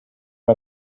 had